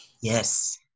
Yes